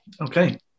Okay